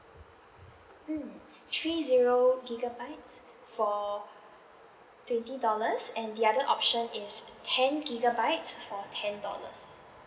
mm three zero gigabytes for twenty dollars and the other option is ten gigabytes for ten dollars